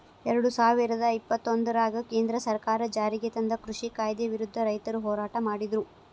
ಎರಡುಸಾವಿರದ ಇಪ್ಪತ್ತೊಂದರಾಗ ಕೇಂದ್ರ ಸರ್ಕಾರ ಜಾರಿಗೆತಂದ ಕೃಷಿ ಕಾಯ್ದೆ ವಿರುದ್ಧ ರೈತರು ಹೋರಾಟ ಮಾಡಿದ್ರು